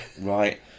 Right